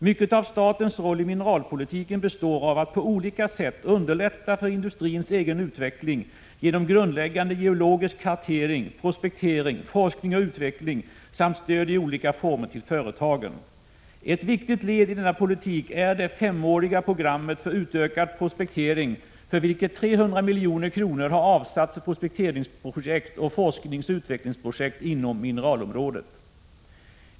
Mycket av statens roll i mineralpolitiken består av att på olika sätt underlätta för industrins egen utveckling genom grundläggande geologisk kartering, prospektering, forskning och utveckling samt stöd i olika former till företagen. Ett viktigt led i denna politik är det femåriga programmet för utökad prospektering, för vilket 300 milj.kr. har avsatts för prospekteringsprojekt och forskningsoch utvecklingsprojekt inom mineralområdet.